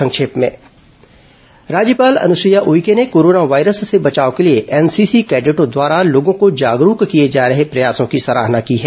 संक्षिप्त समाचार राज्यपाल अनुसुईया उइके ने कोरोना वायरस से बचाव के लिए एनसीसी कैडेटों द्वारा लोगों को जागरूक किए जा रहे प्रयासों की सराहना की है